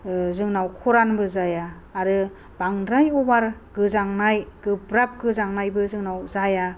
जोंनाव खरानबो जाया आरो बांद्राय अभार गोजांनाय गोब्राब गोजांनायबो जोंनाव जाया